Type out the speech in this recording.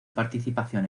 participación